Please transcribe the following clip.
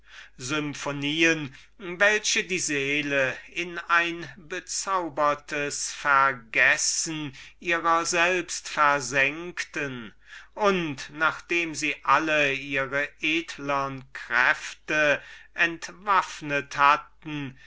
symphonien welche die seele in ein bezaubertes vergessen ihrer selbst versenkten und nachdem sie alle ihre edlere kräfte entwaffnet hatte